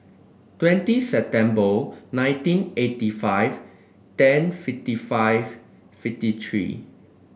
twenty September nineteen eighty five ten fifty five fifty three